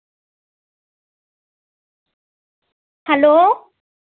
hello